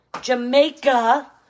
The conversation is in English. Jamaica